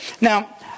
Now